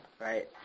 right